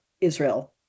Israel